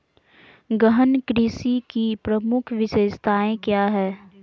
गहन कृषि की प्रमुख विशेषताएं क्या है?